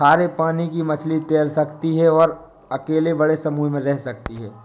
खारे पानी की मछली तैर सकती है और अकेले बड़े समूह में रह सकती है